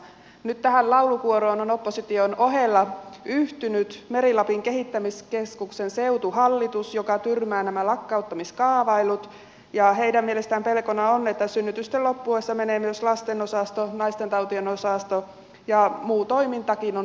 nyt tähän laulukuoroon on opposition ohella yhtynyt meri lapin kehittämiskeskuksen seutuhallitus joka tyrmää nämä lakkauttamiskaavailut ja heidän mielestään pelkona on että synnytysten loppuessa menevät myös lastenosasto naistentautien osasto ja muu toimintakin on vaaravyöhykkeessä